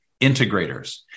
integrators